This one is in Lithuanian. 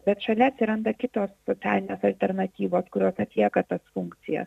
bet šalia atsiranda kitos socialinės alternatyvos kurios atlieka tas funkcijas